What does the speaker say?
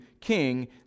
king